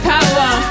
Power